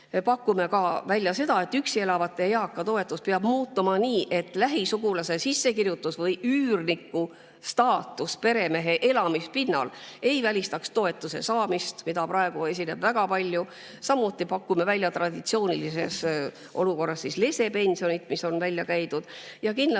pakume ka seda, et üksi elavate eakate toetus peab muutuma nii, et lähisugulase sissekirjutus või üürnik peremehe elamispinnal ei välistaks toetuse saamist, mida praegu esineb väga palju. Samuti pakume traditsioonilises olukorras lesepensioni, mis on ka välja käidud. Kindlasti